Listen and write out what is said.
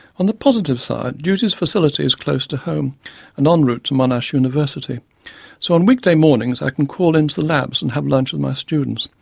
on the positive side judy's facility is close to home and en route to monash university so on weekday mornings i can call in to the labs and have lunch with my students,